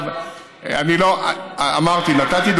אתה, שתהיה רשימה כזאת?